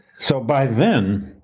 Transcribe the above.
so by then